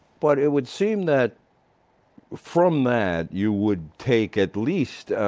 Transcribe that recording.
but it would seem that from that you would take at least